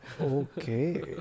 Okay